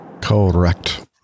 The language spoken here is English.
Correct